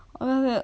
o~